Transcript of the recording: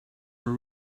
were